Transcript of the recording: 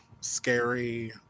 scary